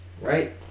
Right